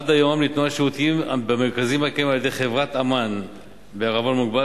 עד היום ניתנו השירותים במרכזים הקהילתיים על-ידי חברת "אמן" בע"מ,